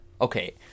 okay